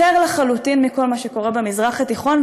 אחר לחלוטין מכל מה שקורה במזרח התיכון,